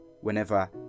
whenever